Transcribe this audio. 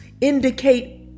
indicate